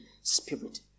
Spirit